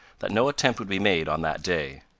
that no attempt would be made on that day.